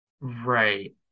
Right